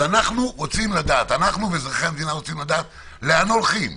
אנחנו ואזרחי המדינה רוצים לדעת לאן הולכים.